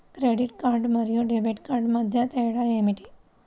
Credit card మరియు debit card మధ్య తేడా ఏమిటి?